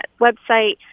website